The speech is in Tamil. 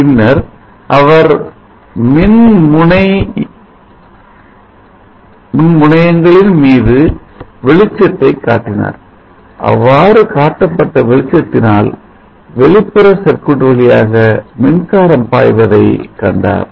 INCLUDE FIG of EDMOND Solar CELL screen shot பின்னர் அவர் மின்முனை எங்களின் மீது வெளிச்சத்தை காட்டினார் அவ்வாறு காட்டப்பட்ட வெளிச்சத்தினால் வெளிப்புற சர்க்யூட் வழியாக மின்சாரம் பாய்வதை கண்டார்